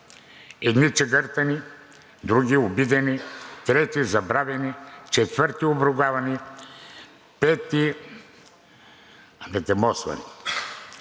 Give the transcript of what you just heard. едни „чегъртани“, други обидени, трети забравени, четвърти обругавани, пети анатемосвани.